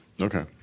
Okay